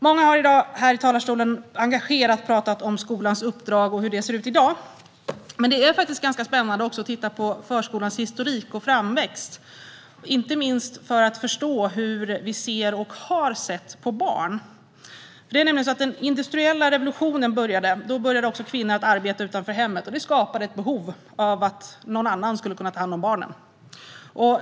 Många här har talat engagerat om skolans uppdrag och hur det ser ut i dag. Men det är faktiskt också ganska spännande att titta på förskolans historik och framväxt, inte minst för att förstå hur vi ser och har sett på barn. När den industriella revolutionen kom började kvinnorna arbeta utanför hemmet, och det skapade ett behov av att någon annan tog hand om barnen.